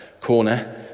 corner